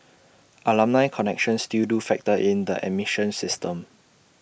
alumni connections still do factor in the admission system